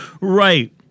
Right